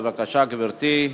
בבקשה, גברתי.